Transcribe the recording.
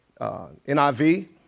NIV